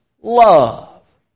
love